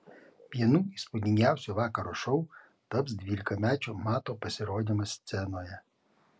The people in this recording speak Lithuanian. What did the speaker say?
vienu įspūdingiausių vakaro šou taps dvylikamečio mato pasirodymas scenoje